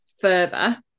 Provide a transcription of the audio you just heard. further